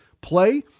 play